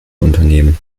unternehmen